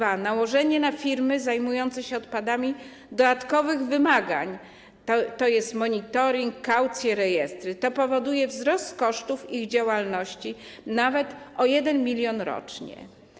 Po drugie, nałożenie na firmy zajmujące się odpadami dodatkowych wymagań - tj. monitoring, kaucje, rejestry - powoduje wzrost kosztów ich działalności nawet o 1 mln rocznie.